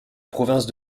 province